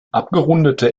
abgerundete